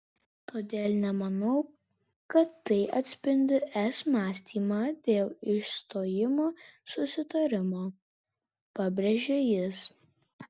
todėl nemanau kad tai atspindi es mąstymą dėl išstojimo susitarimo pabrėžė jis